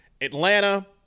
Atlanta